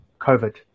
COVID